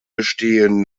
bestehen